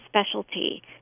specialty